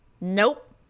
Nope